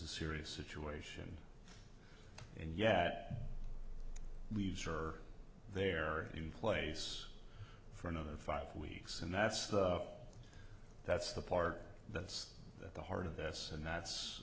a serious situation and yet leaves are there in place for another five weeks and that's the that's the part that's at the heart of this and that's